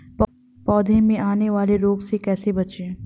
पौधों में आने वाले रोग से कैसे बचें?